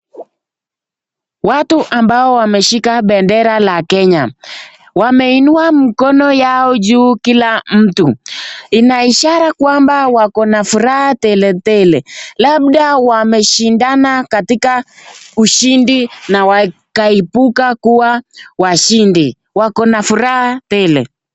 Watu ambao wameshika bendera la kenya wameinua mikono yao juu kila mtu. Inaishara kwamba wako na furaha tele tele labda wameshindana katika ushindi na wakaibuka kuwa washindi. Wako na furaha tele.